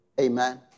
Amen